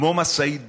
כמו משאית דוהרת,